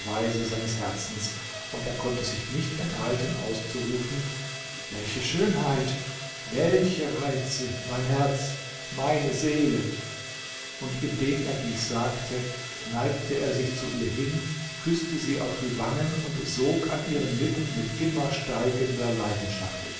seines herzens und er konnte sich nicht enthalten auszurufen welche schönheit welche reize mein herz meine seele und indem er dies sagte neigte er sich zu ihr hin küßte sie auf die wangen und sog an ihren lippen mit immer steigender leidenschaftlichkeit